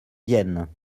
vienne